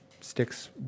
sticks